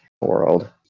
world